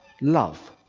love